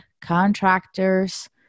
contractors